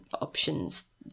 options